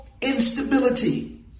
Instability